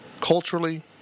culturally